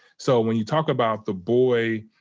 so when you talk about the boy-to-manhood,